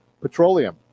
petroleum